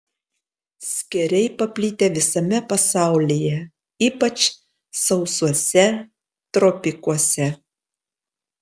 skėriai paplitę visame pasaulyje ypač sausuose tropikuose